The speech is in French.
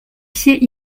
pieds